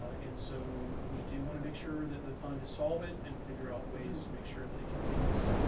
ah and so we do want to make sure that the fund is solvent and figure out ways to make sure that it continues.